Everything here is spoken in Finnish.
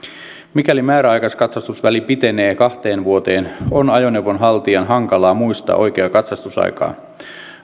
mikäli määräaikaiskatsastusväli pitenee kahteen vuoteen on ajoneuvon haltijan hankalaa muistaa oikeaa katsastusaikaa